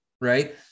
right